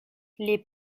les